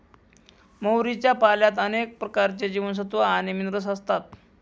मोहरीच्या पाल्यात अनेक प्रकारचे जीवनसत्व आणि मिनरल असतात